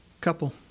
couple